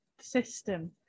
system